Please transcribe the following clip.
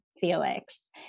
Felix